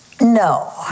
No